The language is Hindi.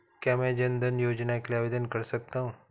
क्या मैं जन धन योजना के लिए आवेदन कर सकता हूँ?